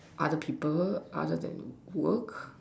other people other than work